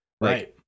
Right